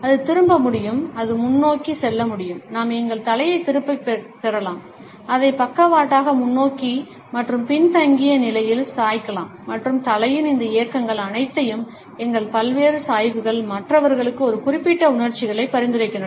அது திரும்ப முடியும் அது முன்னோக்கி செல்ல முடியும் நாம் எங்கள் தலையைத் திரும்பப் பெறலாம் அதை பக்கவாட்டாக முன்னோக்கி மற்றும் பின்தங்கிய நிலையில் சாய்க்கலாம் மற்றும் தலையின் இந்த இயக்கங்கள் அனைத்தையும் எங்கள் பல்வேறு சாய்வுகள் மற்றவர்களுக்கு ஒரு குறிப்பிட்ட உணர்ச்சிகளை பரிந்துரைக்கின்றன